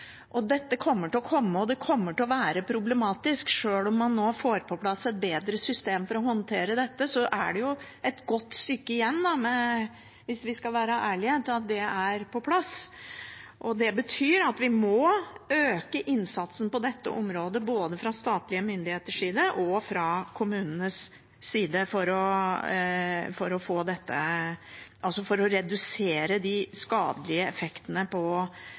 til dette. Det er fordi behovene er store. Dette kommer til å komme, og det kommer til å være problematisk. Sjøl om man nå får på plass et bedre system for å håndtere dette, er det jo et godt stykke igjen, hvis vi skal være ærlige, til dette er på plass. Det betyr at vi må øke innsatsen på dette området både fra statlige myndigheters side og fra kommunenes side for å redusere de skadelige effektene